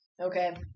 Okay